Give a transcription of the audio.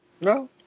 No